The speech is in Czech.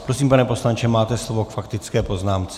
Prosím, pane poslanče, máte slovo k faktické poznámce.